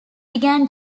began